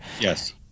yes